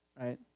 right